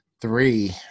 Three